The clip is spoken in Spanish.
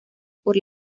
por